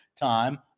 time